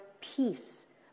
peace